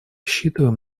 рассчитываем